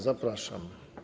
Zapraszam.